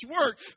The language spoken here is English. work